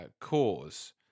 cause